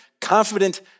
confident